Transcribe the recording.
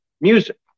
music